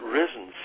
risen